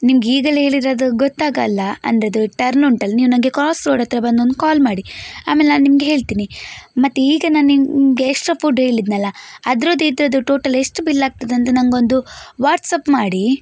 ನಿಮ್ಗೆ ಈಗಲೇ ಹೇಳಿದರೆ ಅದು ಗೊತ್ತಾಗೋಲ್ಲ ಅಂದರೆ ಅದು ಟರ್ನ್ ಉಂಟಲ್ಲ ನೀವು ನನಗೆ ಕ್ರಾಸ್ ರೋಡ್ ಹತ್ತಿರ ಬಂದು ಒಂದು ಕಾಲ್ ಮಾಡಿ ಆಮೇಲೆ ನಾನು ನಿಮಗೆ ಹೇಳ್ತೀನಿ ಮತ್ತು ಈಗ ನಾನು ನಿಮಗೆ ಎಕ್ಸ್ಟ್ರಾ ಫುಡ್ ಹೇಳಿದೆನಲ್ಲ ಅದರದ್ದೂ ಇದರದ್ದೂ ಟೋಟಲ್ ಎಷ್ಟು ಬಿಲ್ ಆಗ್ತದಂತ ನನಗೊಂದು ವಾಟ್ಸಪ್ ಮಾಡಿ